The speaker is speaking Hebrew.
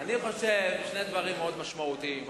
חושב, שני דברים מאוד מרכזיים.